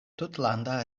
tutlanda